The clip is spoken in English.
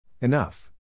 Enough